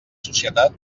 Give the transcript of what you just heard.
societat